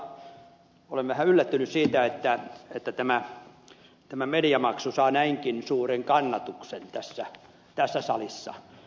todella olen vähän yllättynyt siitä että tämä mediamaksu saa näinkin suuren kannatuksen tässä salissa